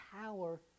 power